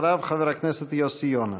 אחריו, חבר הכנסת יוסי יונה.